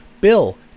Bill